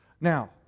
Now